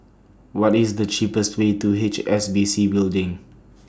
What IS The cheapest Way to H S B C Building